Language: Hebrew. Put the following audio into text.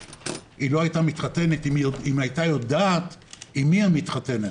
היא לא הייתה מתחתנת אם היא הייתה יודעת עם מי היא מתחתנת,